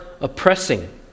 oppressing